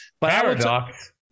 Paradox